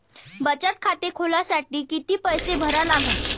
बचत खाते खोलासाठी किती पैसे भरा लागन?